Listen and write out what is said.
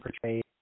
portrayed